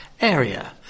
area